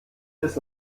bis